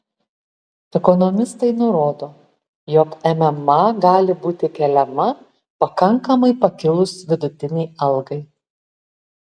ekonomistai nurodo jog mma gali būti keliama pakankamai pakilus vidutinei algai